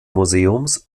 museums